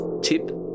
tip